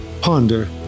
ponder